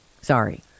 sorry